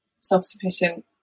self-sufficient